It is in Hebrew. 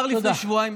תודה.